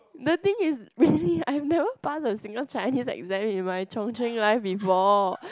the thing is really I've never passed a single Chinese exam in my Chung-Cheng life before